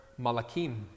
Malakim